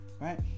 right